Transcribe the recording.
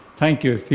thank you,